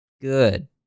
good